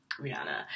rihanna